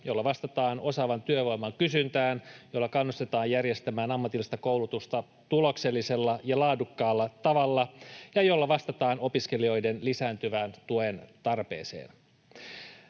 joilla vastataan osaavan työvoiman kysyntään, joilla kannustetaan järjestämään ammatillista koulutusta tuloksellisella ja laadukkaalla tavalla ja joilla vastataan opiskelijoiden lisääntyvään tuen tarpeeseen.